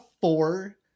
four